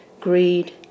greed